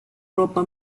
ropa